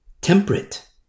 Temperate